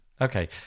Okay